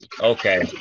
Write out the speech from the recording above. Okay